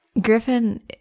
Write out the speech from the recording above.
Griffin